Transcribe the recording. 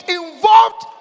involved